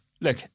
look